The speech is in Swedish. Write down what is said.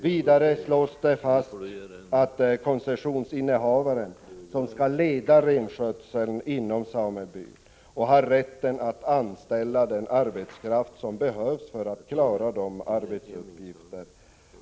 Vidare slås det fast att det är koncessionsinnehavaren som skall leda renskötseln inom samebyn och har rätt att anställa den arbetskraft som behövs för att klara renskötseln.